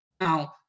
now